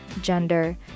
gender